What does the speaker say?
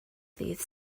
ddydd